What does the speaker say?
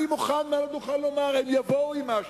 אני מוכן לומר מעל הדוכן, הם יבואו עם משהו,